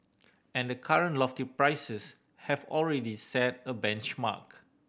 and the current lofty prices have already set a benchmark